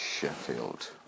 Sheffield